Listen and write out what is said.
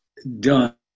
Done